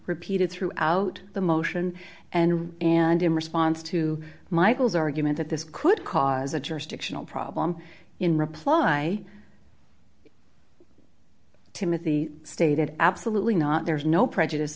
repeated throughout the motion and and in response to michael's argument that this could cause a jurisdictional problem in reply timothy stated absolutely not there is no prejudice